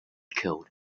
killed